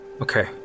Okay